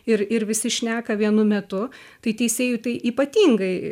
ir ir visi šneka vienu metu tai teisėjui tai ypatingai